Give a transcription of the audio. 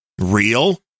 real